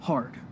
Hard